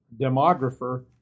demographer